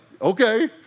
okay